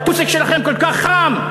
הטוסיק שלכם כל כך חם?